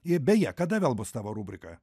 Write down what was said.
ir beje kada vėl bus tavo rubrika